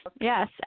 yes